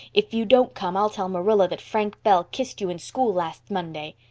if you don't come i'll tell marilla that frank bell kissed you in school last monday.